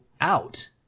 out